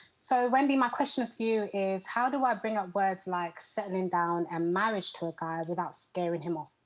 so wendy, my question for you is, how do i bring up words like settling down and marriage to a guy without scaring him off?